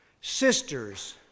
sisters